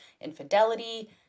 infidelity